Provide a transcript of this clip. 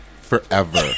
forever